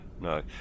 no